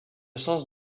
sens